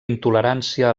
intolerància